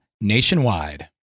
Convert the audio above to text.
nationwide